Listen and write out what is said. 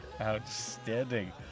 outstanding